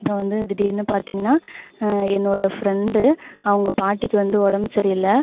அப்புறம் வந்து திடீர்னு பார்த்திங்கன்னா என்னோடய ஃப்ரெண்டு அவங்க பாட்டிக்கு வந்து உடம்பு சரியில்லை